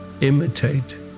Imitate